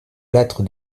lattre